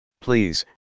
Please